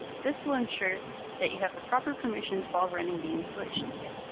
this will ensure that you have the proper permissions while running the installation kit.